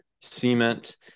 cement